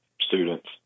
students